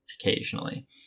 occasionally